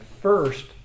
first